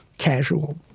casual